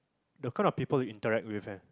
the kind of people you interact with eh